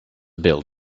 build